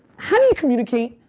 how do you communicate,